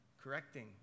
correcting